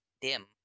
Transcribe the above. dim